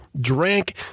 drank